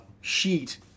sheet